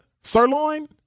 Sirloin